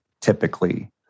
typically